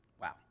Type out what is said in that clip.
Wow